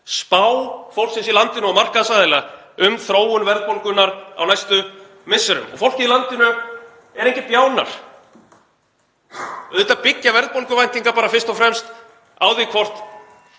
spá fólksins í landinu og markaðsaðila um þróun verðbólgunnar á næstu misserum. Fólkið í landinu er engir bjánar. Auðvitað byggja verðbólguvæntingar bara fyrst og fremst á því (Forseti